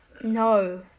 No